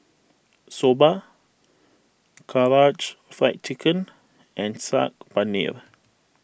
Soba Karaage Fried Chicken and Saag Paneer